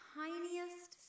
tiniest